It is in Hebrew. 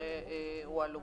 כשוועדה בכנסת באה לדון,